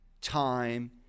time